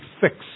fix